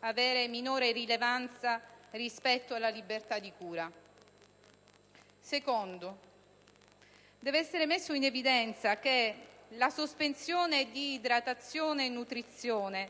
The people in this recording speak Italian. avere minore rilevanza rispetto alla libertà di cura. Secondo: deve essere messo in evidenza che la sospensione di idratazione e nutrizione